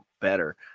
better